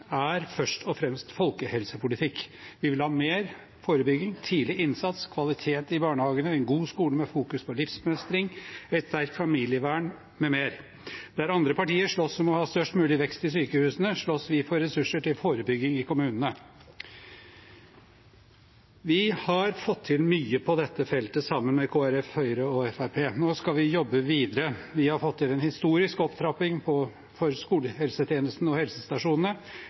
er først og fremst folkehelsepolitikk. Vi vil ha mer forebygging, tidlig innsats, kvalitet i barnehagene, en god skole med fokus på livsmestring, et sterkt familievern, m.m. Der andre partier slåss om å ha størst mulig vekst i sykehusene, slåss vi for ressurser til forebygging i kommunene. Vi har fått til mye på dette feltet, sammen med Kristelig Folkeparti, Høyre og Fremskrittspartiet. Nå skal vi jobbe videre. Vi har fått til en historisk opptrapping for skolehelsetjenesten og helsestasjonene,